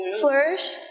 Flourish